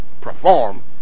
perform